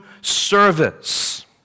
service